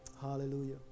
Hallelujah